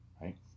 right